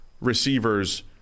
receivers –